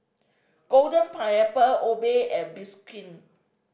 Golden Pineapple Obey and Bioskin